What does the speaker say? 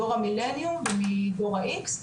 מדור המילניום ומדור האיקס,